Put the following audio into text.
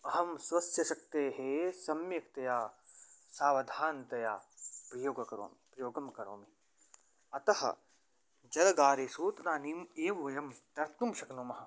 अहं स्वस्य शक्तेः सम्यक्तया सावधानतया प्रयोगं करोमि प्रयोगं करोमि अतः जलगारेषु तदानीम् एव वयं तर्तुं शक्नुमः